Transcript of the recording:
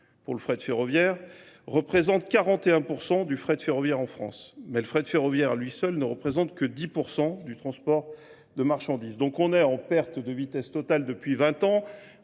pour le frais de ferroviaire représente 41% du frais de ferroviaire en France. Mais le frais de ferroviaire lui seul ne représente que 10% du transport de marchandises. Donc on est en perte de vitesse totale depuis 20 ans